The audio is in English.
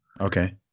Okay